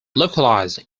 localized